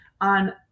on